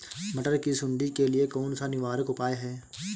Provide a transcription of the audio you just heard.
मटर की सुंडी के लिए कौन सा निवारक उपाय है?